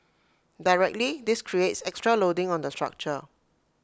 directly this creates extra loading on the structure